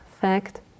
fact